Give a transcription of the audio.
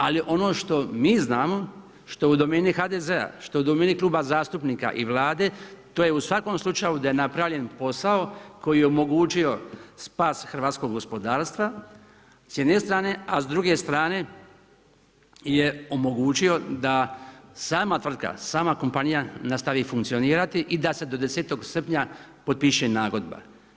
Ali ono što mi znamo, što je u domeni HDZ-a, što je u domeni kluba zastupnika i Vlade, to je u svakom slučaju da je napravljen posao koji je omogućio spas hrvatskog gospodarstva s jedne strane a s druge strane je omogućio da sama tvrtka, sama kompanija nastavi funkcionirati i da se do 10. srpnja potpiše nagodba.